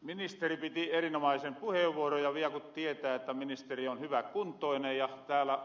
ministeri piti erinomaisen puheenvuoron ja vielä ku tietää että ministeri on hyväkuntoinen ja täällä